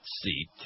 seat